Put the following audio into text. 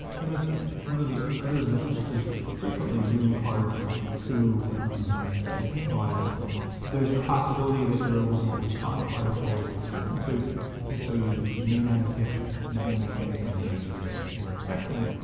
kind of one of the other risks, and this is frequently really hard to get a handle on, is there's the possibility that your ovaries won't respond quite as well as we expect them to and so you may not get i mean ah get as many eggs as we're expecting.